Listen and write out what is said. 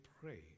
pray